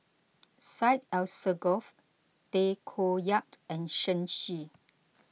Syed Alsagoff Tay Koh Yat and Shen Xi